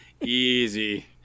Easy